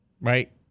right